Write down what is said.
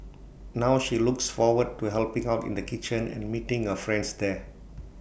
now she looks forward to helping out in the kitchen and meeting her friends there